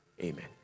Amen